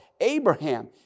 Abraham